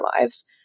lives